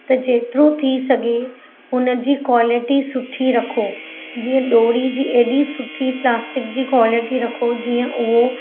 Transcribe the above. त जेतिरो थी सघे हुन जी क्वालिटी सुठी रखो जीअं डोरी जी एॾी सुठी प्लास्टिक जी क्वालिटी रखो जीअं उहो